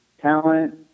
talent